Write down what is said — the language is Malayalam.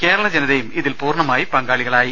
കേരള ജനതയും ഇതിൽ പൂർണ്ണമായി പങ്കാളികളായി